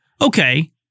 Okay